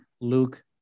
Luke